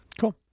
Cool